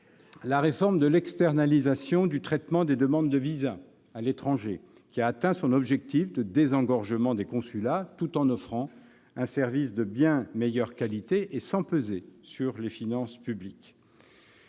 la réforme de l'externalisation du traitement des demandes de visa à l'étranger qui a atteint son objectif de désengorgement des consulats tout en offrant un service de bien meilleure qualité et sans peser sur les finances publiques.